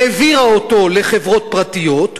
העבירה אותו לחברות פרטיות,